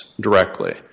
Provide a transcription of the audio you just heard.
directly